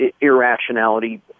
irrationality